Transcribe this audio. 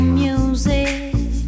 music